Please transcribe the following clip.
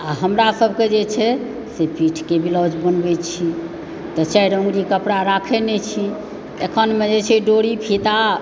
आ हमरा सभकेँ जे छै से पीठके ब्लाउज बनबै छी तऽ चारि अँगुरी कपड़ा राखै नहि छी अखनमे जे छै डोरी फीता